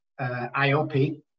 IOP